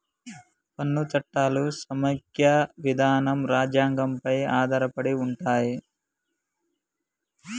పన్ను చట్టాలు సమైక్య విధానం రాజ్యాంగం పై ఆధారపడి ఉంటయ్